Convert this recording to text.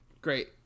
Great